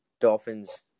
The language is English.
Dolphins